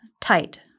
Tight